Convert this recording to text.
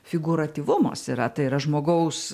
figūratyvumas yra tai yra žmogaus